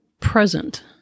present